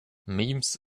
memes